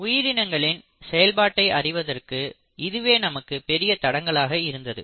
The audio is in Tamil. உயிரினங்களின் செயல்பாட்டை அறிவதற்கு இதுவே நமக்கு பெரிய தடங்கலாக இருந்தது